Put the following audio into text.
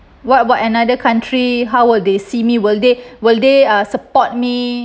what about another country how will they see me will they will they uh support me